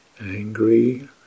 angry